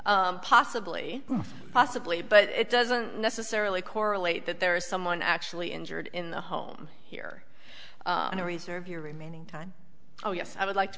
yes possibly possibly but it doesn't necessarily correlate that there is someone actually injured in the home here on a reserve your remaining time oh yes i would like to